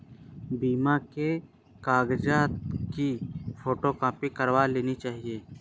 बीमा के कागजात की फोटोकॉपी करवा लेनी चाहिए